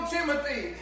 Timothy